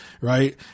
Right